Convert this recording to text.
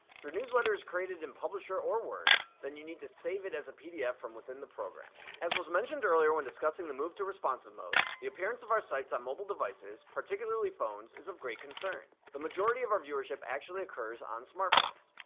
if your newsletter is created in publisher or word then you need to save it as a pdf from within the program. as was mentioned earlier when discussing the move to responsive mode, the appearance of our sites on mobile devices, particularly phones, is of great concern. the majority of our viewership actually occurs on smart phones.